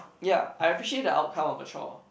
ya I appreciate the outcome of the choir